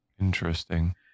interesting